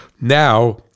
Now